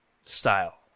style